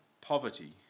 poverty